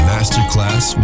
Masterclass